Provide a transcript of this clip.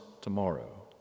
tomorrow